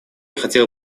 хотела